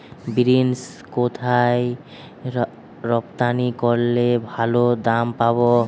Beans কোথায় রপ্তানি করলে ভালো দাম পাব?